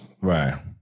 Right